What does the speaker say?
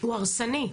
הוא הרסני.